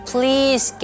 Please